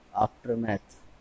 Aftermath